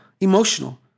emotional